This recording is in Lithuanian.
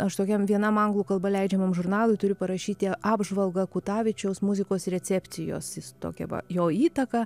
aš tokiam vienam anglų kalba leidžiamam žurnalui turiu parašyti apžvalgą kutavičiaus muzikos recepcijos jis tokią va jo įtaką